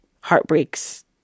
heartbreaks